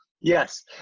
yes